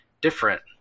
different